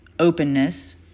Openness